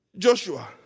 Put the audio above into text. Joshua